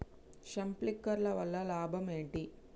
Sprinkler వల్ల లాభం ఏంటి?